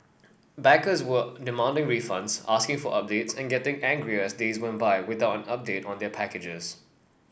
backers were demanding refunds asking for updates and getting angrier as days went by without an update on their packages